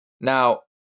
Now